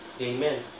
amen